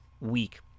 week